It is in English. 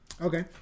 Okay